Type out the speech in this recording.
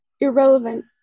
irrelevant